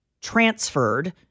transferred